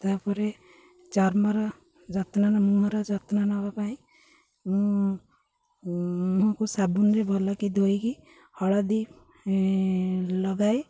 ତା'ପରେ ଚର୍ମର ଯତ୍ନ ମୁହଁର ଯତ୍ନ ନେବା ପାଇଁ ମୁଁ ମୁହଁକୁ ସାବୁନରେ ଭଲକି ଧୋଇକି ହଳଦୀ ଲଗାଏ